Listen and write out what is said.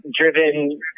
driven